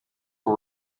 for